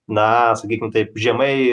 na sakykim taip žemai